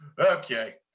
Okay